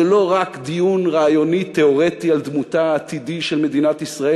זה לא רק דיון רעיוני תיאורטי על דמותה העתידית של מדינת ישראל,